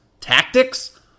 tactics